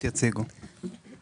נציגת רשות התחרות תציג.